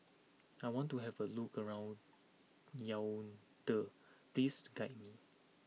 I want to have a look around Yaounde please guide me